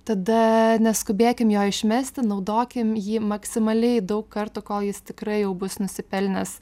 tada neskubėkim jo išmesti naudokim jį maksimaliai daug kartų kol jis tikrai jau bus nusipelnęs